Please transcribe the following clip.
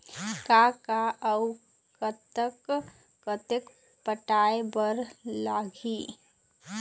कब कब अऊ कतक कतक पटाए बर लगही